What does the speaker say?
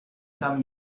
san